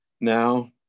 now